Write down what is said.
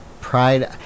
pride